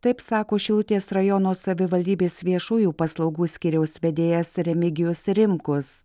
taip sako šilutės rajono savivaldybės viešųjų paslaugų skyriaus vedėjas remigijus rimkus